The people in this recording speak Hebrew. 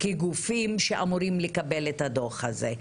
כגופים שאמורים לקבל את הדוח הזה,